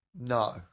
No